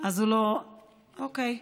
אוקיי.